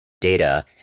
data